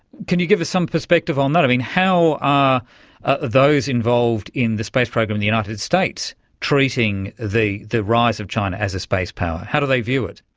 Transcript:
can you give us some perspective on that? i mean, how are those involved in the space program in united states treating the the rise of china as a space power? how do they view it?